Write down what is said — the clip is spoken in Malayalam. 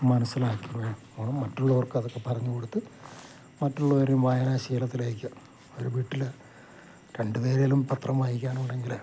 മനസ്സിലാക്കി വേണം അത് മറ്റുള്ളവർക്ക് അതൊക്കെ പറഞ്ഞു കൊടുത്ത് മറ്റുള്ളവരും വായനാശീലത്തിലേക്ക് ഒരു വീട്ടിൽ രണ്ട് പേരെങ്കിലും പത്രം വായിക്കാൻ ഉണ്ടെങ്കിൽ